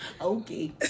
Okay